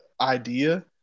idea